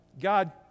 God